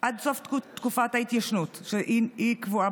עד סוף תקופת ההתיישנות שקבועה